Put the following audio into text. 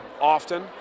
often